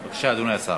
בבקשה, אדוני השר.